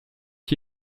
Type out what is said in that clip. qui